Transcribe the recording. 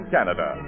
Canada